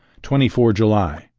twenty four july.